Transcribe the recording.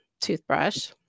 toothbrush